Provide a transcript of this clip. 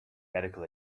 medical